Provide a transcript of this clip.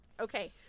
okay